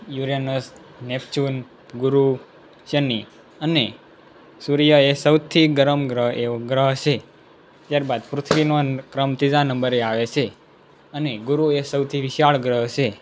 Uranus Neptune ગુરુ શનિ અને સૂર્ય એ સૌથી ગરમ ગ્રહ એવો ગ્રહ છે ત્યાર બાદ પૃથ્વીનો ક્રમ ત્રીજા નંબરે આવે છે અને ગુરુ એ સૌથી વિશાળ ગ્રહ છે